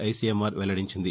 ICMR వెల్లడించింది